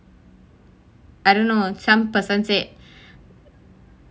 I don't know some person said